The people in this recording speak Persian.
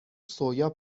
سویا